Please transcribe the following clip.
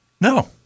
No